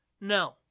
No